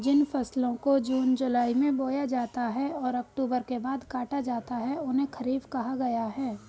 जिन फसलों को जून जुलाई में बोया जाता है और अक्टूबर के बाद काटा जाता है उन्हें खरीफ कहा गया है